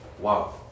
Wow